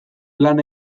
lan